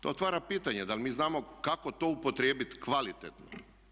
To otvara pitanje da li mi znamo kako to upotrijebiti kvalitetno.